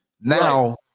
Now